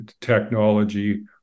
technology